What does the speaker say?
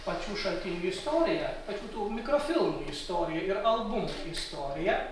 pačių šaltinių istorija pačių tų mikrofilmų istorija ir albumų istorija